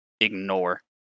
ignore